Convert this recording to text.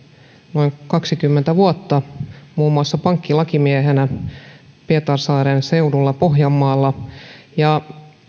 noin kaksikymmentä vuotta muun muassa pankkilakimiehenä pietarsaaren seudulla pohjanmaalla ja